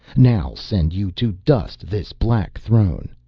now send you to dust this black throne.